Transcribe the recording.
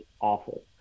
awful